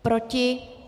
Proti?